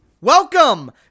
Welcome